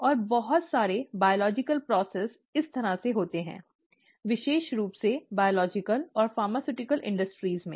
और बहुत सारी जैविक प्रक्रियाएं इस तरह से होती हैं विशेष रूप से जैविक और दवा उद्योगों में ठीक है